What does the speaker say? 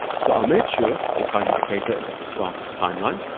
so i'll make sure the time indicator is at the start of the timeline.